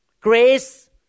Grace